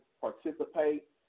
participate